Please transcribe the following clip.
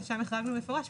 שם החרגנו במפורש,